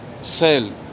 sell